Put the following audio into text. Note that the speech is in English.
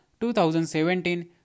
2017